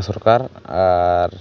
ᱥᱚᱨᱠᱟᱨ ᱟᱨ